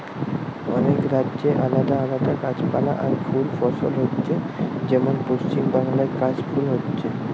অনেক রাজ্যে আলাদা আলাদা গাছপালা আর ফুল ফসল হচ্ছে যেমন পশ্চিমবাংলায় কাশ ফুল হচ্ছে